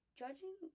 judging